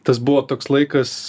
tas buvo toks laikas